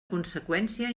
conseqüència